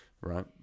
right